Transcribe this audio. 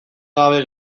gabe